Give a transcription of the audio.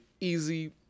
easy